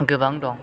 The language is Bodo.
गोबां दं